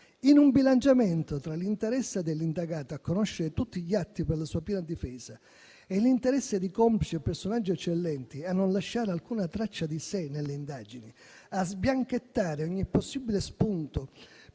in un bilanciamento tra l'interesse dell'indagato a conoscere tutti gli atti per la sua piena difesa e l'interesse di complici o personaggi eccellenti a non lasciare alcuna traccia di sé nelle indagini, a sbianchettare ogni possibile spunto